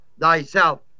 thyself